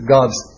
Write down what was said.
God's